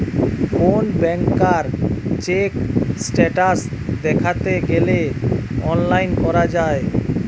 কোন ব্যাংকার check status দ্যাখতে গ্যালে অনলাইন করা যায়